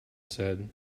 said